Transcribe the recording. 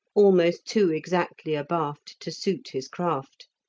almost too exactly abaft to suit his craft.